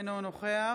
אינו נוכח